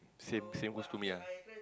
same same goes to me ah